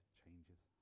changes